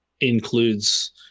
includes